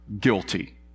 guilty